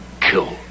kill